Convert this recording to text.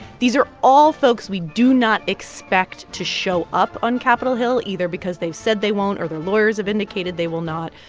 these are all folks we do not expect to show up on capitol hill, either because they've said they won't or their lawyers have indicated they will not.